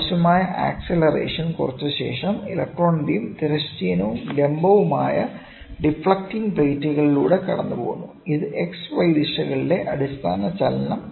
ആവശ്യമായ ആക്സിലറേഷൻ കുറച്ച ശേഷം ഇലക്ട്രോൺ ബീം തിരശ്ചീനവും ലംബവുമായ ഡിഫ്ലക്ട്ടിംഗ് പ്ലേറ്റ്ലൂടെ കടന്നുപോകുന്നു ഇത് എക്സ് വൈ ദിശകളിലെ അടിസ്ഥാന ചലനം നൽകുന്നു